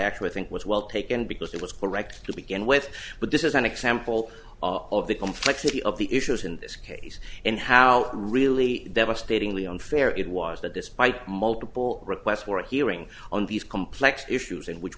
actually think was well taken because it was correct to begin with but this is an example of the complexity of the issues in this case and how really devastatingly unfair it was that despite multiple requests for a hearing on these complex issues in which